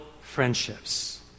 friendships